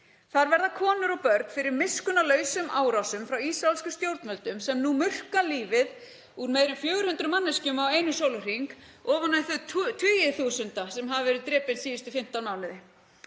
Þar verða konur og börn fyrir miskunnarlausum árásum frá ísraelskum stjórnvöldum sem nú murka lífið úr meira en 400 manneskjum á einum sólarhring ofan á þau tugþúsunda sem hafa verið drepin síðustu 15 mánuði.